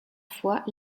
fois